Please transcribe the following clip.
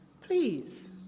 Please